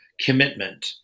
commitment